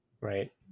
right